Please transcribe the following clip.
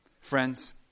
Friends